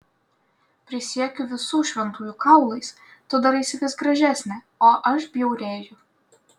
prisiekiu visų šventųjų kaulais tu daraisi vis gražesnė o aš bjaurėju